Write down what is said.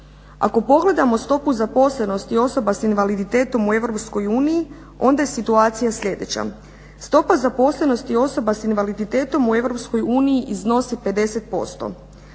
Ako pogledamo stopu zaposlenosti osoba sa invaliditetom u EU onda je situacija sljedeća. Stopa zaposlenosti osoba sa invaliditetom u EU iznosi 50%,